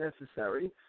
necessary